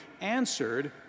answered